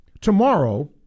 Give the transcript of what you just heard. Tomorrow